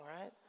right